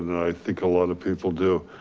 and i think a lot of people do